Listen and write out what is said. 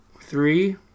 Three